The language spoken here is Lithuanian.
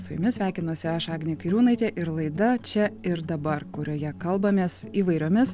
su jumis sveikinasi aš agnė kairiūnaitė ir laida čia ir dabar kurioje kalbamės įvairiomis